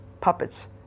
Puppets